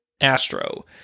Astro